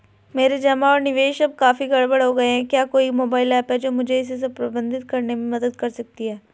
मेरे जमा और निवेश अब काफी गड़बड़ हो गए हैं क्या कोई मोबाइल ऐप है जो मुझे इसे प्रबंधित करने में मदद कर सकती है?